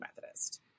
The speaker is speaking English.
Methodist